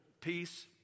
peace